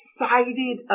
excited